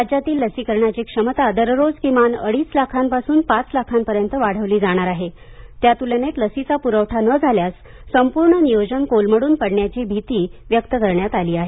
राज्यातील लसीकरणाची क्षमत दररोज किमान अडीच लाखांपासून पाच लाखापर्यंत वाढवली जाणार आहे त्यातुलनेत लसींचा पुरवठा न झाल्यास संपूर्ण नियोजन कोलमडून पडण्याची भीती व्यक्त करण्यात आली आहे